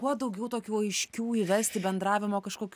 kuo daugiau tokių aiškių įvesti bendravimo kažkokių